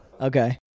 okay